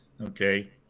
Okay